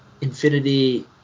infinity